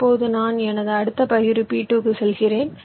இப்போது நான் எனது அடுத்த பகிர்வு P2 க்கு செல்கிறேன்